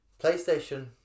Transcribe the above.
Playstation